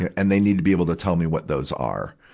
and they need to be able to tell me what those are.